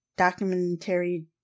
documentary